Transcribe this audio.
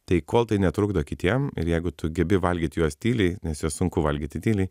tai kol tai netrukdo kitiem ir jeigu tu gebi valgyt juos tyliai nes juos sunku valgyti tyliai